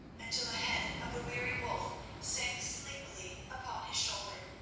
until the head of the weary wulf sank sleepily upon his shoulder,